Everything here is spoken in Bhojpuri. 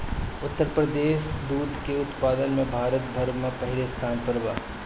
उत्तर प्रदेश दूध के उत्पादन में भारत भर में पहिले स्थान पर बा